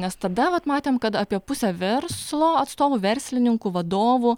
nes tada vat matėm kad apie pusę verslo atstovų verslininkų vadovų